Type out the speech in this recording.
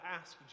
ask